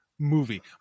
Movie